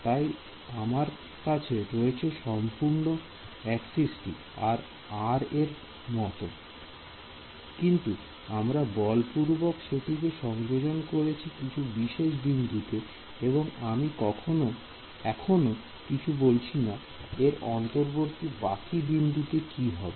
তাই আমার কাছে রয়েছে সম্পূর্ণ এক্সিসটি এই r এর মত কিন্তু আমরা বলপূর্বক সেটিকে সংযোজন করছি কিছু বিশেষ বিন্দুতে এবং আমি এখনো কিছুই বলছি না এর অন্তর্বর্তী বাকি বিন্দুতে কি হবে